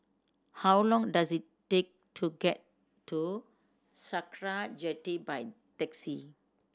how long does it take to get to Sakra Jetty by taxi